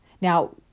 Now